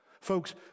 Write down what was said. Folks